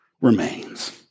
remains